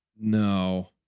No